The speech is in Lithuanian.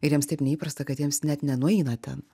ir jiems taip neįprasta kad jiems net nenueina ten